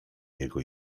jego